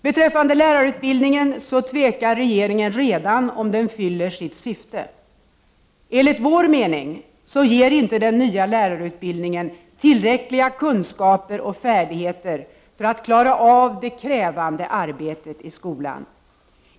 Beträffande lärarutbildningen tvekar regeringen redan om den fyller sitt syfte. Enligt vår mening ger inte den nya lärarutbildningen tillräckliga kunskaper och färdigheter för att klara av det krävande arbetet i skolan.